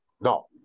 no